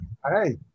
Hi